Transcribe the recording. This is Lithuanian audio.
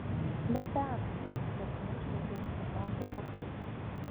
ne ten sutartinai šaukė visi francio balsai